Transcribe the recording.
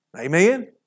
Amen